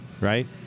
right